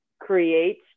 create